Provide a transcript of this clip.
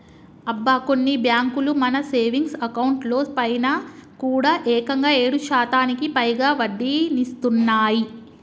అబ్బా కొన్ని బ్యాంకులు మన సేవింగ్స్ అకౌంట్ లో పైన కూడా ఏకంగా ఏడు శాతానికి పైగా వడ్డీనిస్తున్నాయి